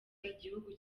igihugu